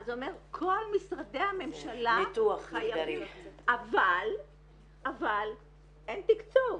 זה אומר, כל משרדי הממשלה חייבים אבל אין תקצוב.